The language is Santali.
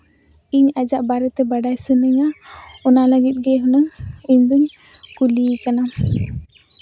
ᱤᱧ ᱟᱭᱟᱜ ᱵᱟᱨᱮᱛᱮ ᱵᱟᱲᱟᱭ ᱥᱟᱱᱟᱧᱟ ᱚᱱᱟ ᱞᱟᱹᱜᱤᱫ ᱜᱮ ᱦᱩᱱᱟᱹᱝ ᱤᱧ ᱫᱩᱧ ᱠᱩᱞᱤᱭᱮ ᱠᱟᱱᱟ